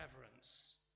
reverence